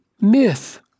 myth